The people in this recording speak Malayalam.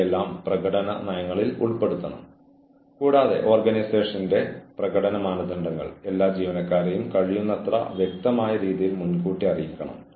വിവേചനത്തിന്റെ അഭാവം അച്ചടക്ക നടപടിയുടെ നിയമങ്ങളും ഉത്തരവുകളും പിഴകളും തുല്യമായും വിവേചനമില്ലാതെയും പ്രയോഗിക്കുന്നു